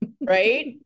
Right